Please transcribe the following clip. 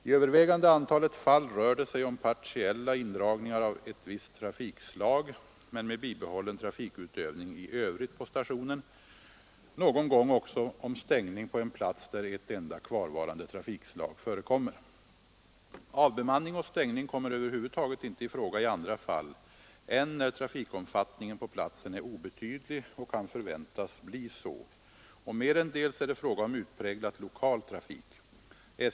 I övervägande antalet fall rör det sig om partiella indragningar av ett visst trafikslag men med bibehållen trafikutövning i övrigt på stationen — någon gång också om stängning på en plats där ett enda kvarvarande trafikslag förekommer. Avbemanning och stängning kommer över huvud taget inte i fråga i andra fall än när trafikomfattningen på platsen är obetydlig och kan förväntas bli så. Och merendels är det fråga om utpräglat lokal trafik.